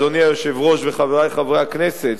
אדוני היושב-ראש וחברי חברי הכנסת,